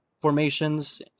formations